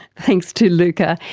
thanks to luca,